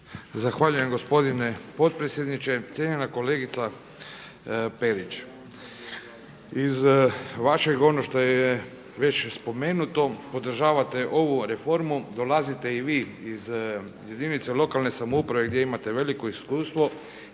Zahvaljujem gospodine potpredsjedniče. Cijenjena kolegica Perić, iz vašeg onog što je već spomenuto podražavate ovu reformu, dolazit i vi iz jedinice lokalne samouprave gdje imate veliko iskustvo